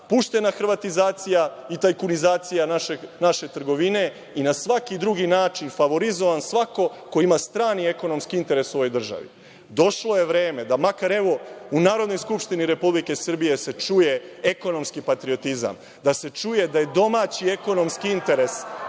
puštena hrvatizacija i tajkunizacija naše trgovine i na svaki drugi način favorizovan svako ko ima strani ekonomski interes u ovoj državi. Došlo je vreme da u Narodnoj skupštini Republike Srbije se čuje ekonomski patriotizam, da se čuje da je domaći ekonomski interes